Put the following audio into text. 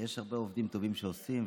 ויש הרבה עובדים טובים שעובדים,